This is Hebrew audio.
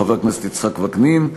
חבר הכנסת יצחק וקנין,